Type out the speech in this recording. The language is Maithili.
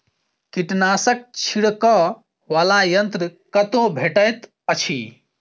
कीटनाशक छिड़कअ वला यन्त्र कतौ भेटैत अछि?